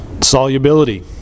Solubility